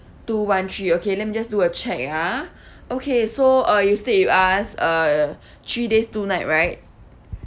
two one three okay let me just do a check ya okay so uh you stayed with us uh three days two night right